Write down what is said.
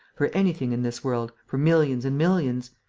for anything in this world, for millions and millions.